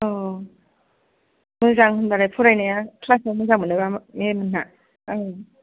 औ मोजां होनबालाय फरायनाया क्लासाव मोजां मोनो बा मेम मोनहा